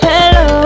Hello